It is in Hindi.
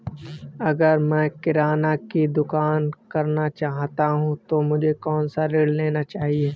अगर मैं किराना की दुकान करना चाहता हूं तो मुझे कौनसा ऋण लेना चाहिए?